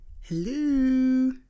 hello